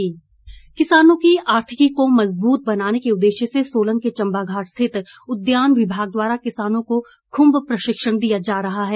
प्रशिक्षण किसानों की आर्थिकी को मजबूत बनाने के उदेश्य से सोलन के चंबाघाट स्थित उद्यान विभाग द्वारा किसानों को खुम्ब प्रशिक्षण दिया जा रहा है